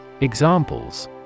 Examples